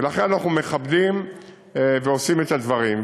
ולכן אנחנו מכבדים ועושים את הדברים.